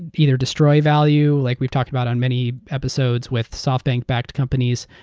either destroy value like we've talked about on many episodes with softbank-backed companies,